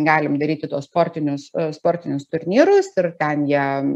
galim daryti to sportinius sportinius turnyrus ir ten jie